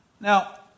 Now